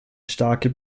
starke